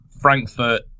Frankfurt